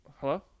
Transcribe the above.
Hello